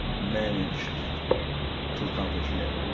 managed to accomplish yet?